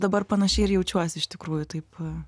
dabar panašiai ir jaučiuosi iš tikrųjų taip